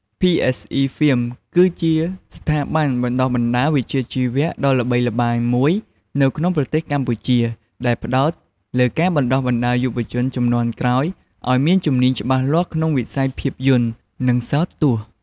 PSE ហ្វៀម គឺជាស្ថាប័នបណ្ដុះបណ្ដាលវិជ្ជាជីវៈដ៏ល្បីល្បាញមួយនៅក្នុងប្រទេសកម្ពុជា ដែលផ្ដោតលើការបណ្ដុះបណ្ដាលយុវជនជំនាន់ក្រោយឱ្យមានជំនាញច្បាស់លាស់ក្នុងវិស័យភាពយន្ត និងសោតទស្សន៍។